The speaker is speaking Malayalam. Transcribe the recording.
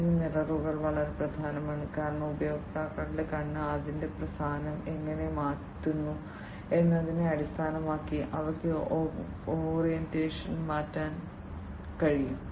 ഈ മിററുകൾ വളരെ പ്രധാനമാണ് കാരണം ഉപയോക്താക്കളുടെ കണ്ണ് അതിന്റെ സ്ഥാനം എങ്ങനെ മാറ്റുന്നു എന്നതിനെ അടിസ്ഥാനമാക്കി അവയ്ക്ക് ഓറിയന്റേഷൻ മാറ്റാൻ കഴിയും